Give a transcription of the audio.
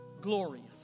glorious